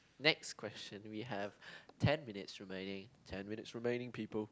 next question we have ten minutes remaining ten minutes remaining people